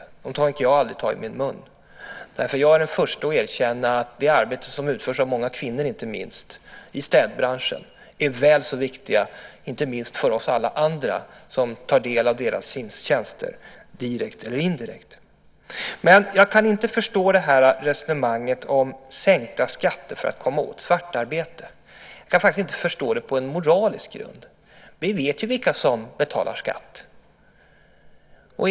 Någon sådan har jag aldrig tagit i min mun, därför att jag är den förste att erkänna att det arbete som utförs av inte minst många kvinnor i städbranschen är väl så viktiga, inte minst för oss alla andra som tar del av deras tjänster direkt eller indirekt. Men jag kan inte förstå resonemanget om sänkta skatter för att komma åt svartarbete. Jag kan faktiskt inte förstå det på en moralisk grund. Vi vet ju vilka som betalar skatt.